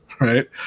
right